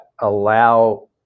allow